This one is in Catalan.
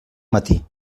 matí